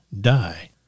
die